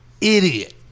idiot